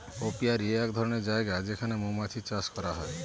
apiary এক ধরনের জায়গা যেখানে মৌমাছি চাষ করা হয়